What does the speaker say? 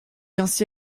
ainsi